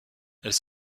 elles